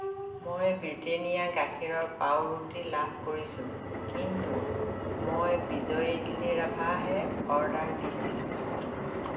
মই ব্ৰিটেনিয়া গাখীৰৰ পাওৰুটি লাভ কৰিছোঁ কিন্তু মই বিজয় ইদলী ৰাভাহে অৰ্ডাৰ দিছিলোঁ